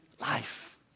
life